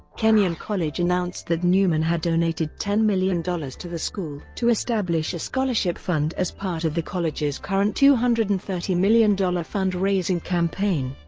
kenyon college announced that newman had donated ten million dollars to the school to establish a scholarship fund as part of the college's current two hundred and thirty million dollars fund-raising campaign.